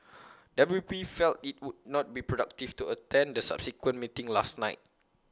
W P felt IT would not be productive to attend the subsequent meeting last night